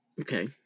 Okay